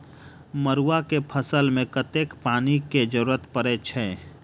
मड़ुआ केँ फसल मे कतेक पानि केँ जरूरत परै छैय?